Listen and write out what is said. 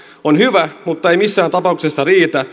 on hyvä mutta ei missään tapauksessa